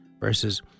Verses